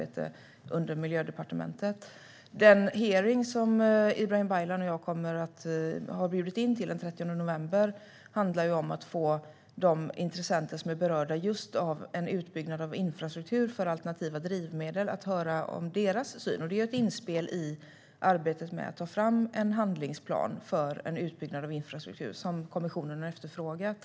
Det är alltså Miljödepartementet som har hand om den frågan. Till hearingen den 30 november har Ibrahim Baylan och jag bjudit in de intressenter som är berörda av en utbyggnad av infrastrukturen för alternativa drivmedel. Vi vill höra vad de har för syn. Det är ett inspel i arbetet med att ta fram den handlingsplan för en utbyggnad av infrastruktur som kommissionen har efterfrågat.